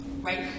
right